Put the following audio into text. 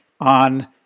on